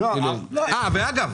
אגב,